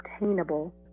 obtainable